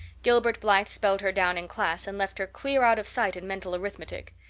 gilbert blythe spelled her down in class and left her clear out of sight in mental arithmetic.